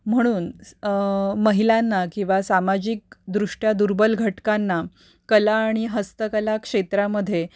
म्हणून स महिलांना किंवा सामाजिकदृष्ट्या दुर्बल घटकांना कला आणि हस्तकला क्षेत्रामध्ये